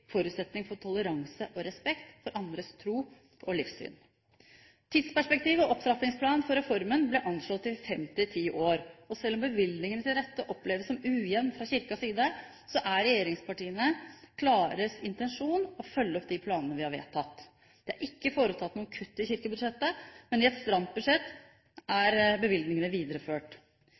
forutsetning for toleranse og respekt for andres tro og livssyn. Tidsperspektiv og opptrappingsplan for reformen ble anslått til fem–ti år. Selv om bevilgningene til dette oppleves som ujevn fra Kirkens side, er regjeringspartienes klare intensjon å følge opp de planene vi har vedtatt. Det er ikke foretatt noen kutt i kirkebudsjettet, men i et stramt budsjett er bevilgningene videreført.